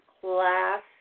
class